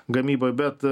gamyboj bet